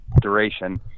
duration